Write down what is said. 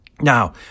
Now